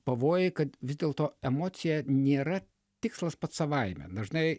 pavojai kad vis dėlto emocija nėra tikslas pats savaime dažnai